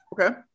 Okay